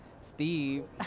Steve